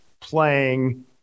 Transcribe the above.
playing